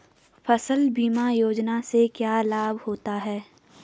फसल बीमा योजना से क्या लाभ होता है?